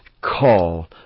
call